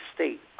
State